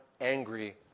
angry